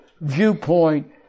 viewpoint